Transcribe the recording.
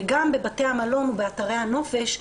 וגם בבתי המלון ובאתרי הנופש,